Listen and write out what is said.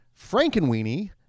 Frankenweenie